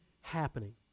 happening